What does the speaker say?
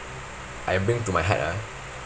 I bring to my heart ah